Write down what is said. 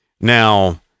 Now